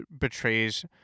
betrays